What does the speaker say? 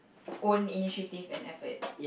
own initiative and effort